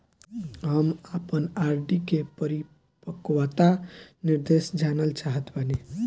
हम आपन आर.डी के परिपक्वता निर्देश जानल चाहत बानी